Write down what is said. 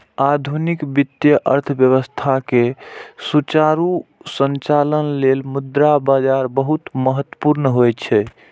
आधुनिक वित्तीय अर्थव्यवस्था के सुचारू संचालन लेल मुद्रा बाजार बहुत महत्वपूर्ण होइ छै